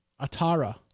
Atara